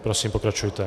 Prosím, pokračujte.